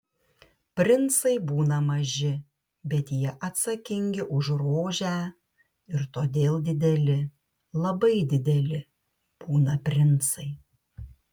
princai būna maži bet jie atsakingi už rožę ir todėl dideli labai dideli būna princai